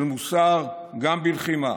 של מוסר, גם בלחימה,